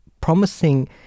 promising